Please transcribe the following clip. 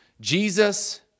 Jesus